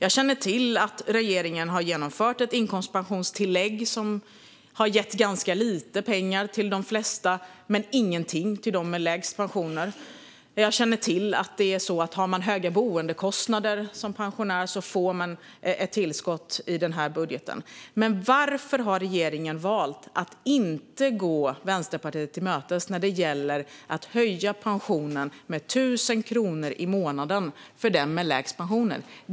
Jag känner till att regeringen har infört ett inkomstpensionstillägg, som har gett ganska lite pengar till de flesta men ingenting till dem med lägst pensioner. Jag känner till att för pensionärer med höga boendekostnader blir det ett tillskott i budgeten. Men varför har regeringen valt att inte gå Vänsterpartiet till mötes när det gäller att höja pensionen med 1 000 kronor i månaden för dem med lägst pensioner?